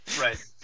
Right